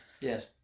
Yes